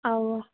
اَوا